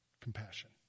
compassion